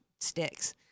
Sticks